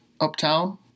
uptown